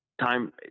time